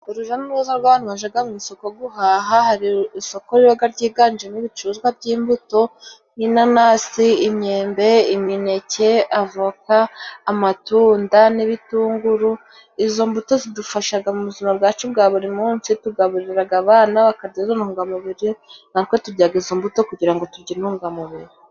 Uruja n'uruza rw'abantu, bajaga mu isoko guhaha, hari isoko riba ryiganjemo ibicuruzwa by'imbuto, nk'inanasi, imyembe, imineke, avoka, amatunda n'ibitunguru, izo mbuto zidufashaga mu buzima bwacu bwa buri munsi, tugaburiraga abana, bakajya izo ntungamubiri, natwe turyaga izo mbuto kugira ngo tugire intungamubiri.